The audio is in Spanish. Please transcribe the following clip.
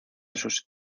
sus